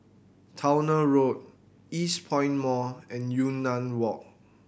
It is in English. Towner Road Eastpoint Mall and Yunnan Walk